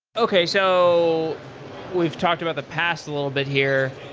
okay. so we've talked about the pasta little bit here.